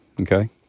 okay